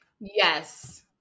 yes